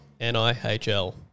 NIHL